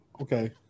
Okay